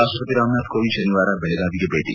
ರಾಷ್ಟಪತಿ ರಾಮನಾಥ್ ಕೋವಿಂದ್ ಶನಿವಾರ ಬೆಳಗಾವಿಗೆ ಭೇಟಿ